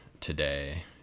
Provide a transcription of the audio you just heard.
today